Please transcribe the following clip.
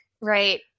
Right